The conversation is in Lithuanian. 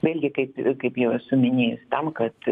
vėlgi kaip kaip jau esu minėjus tam kad